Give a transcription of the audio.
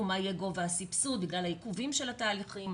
מה יהיה גובה הסבסוד בגלל עיכובים של התהליכים.